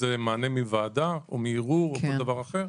אם זה מענה מוועדה או מערעור או כל דבר אחר.